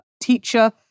teacher